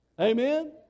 Amen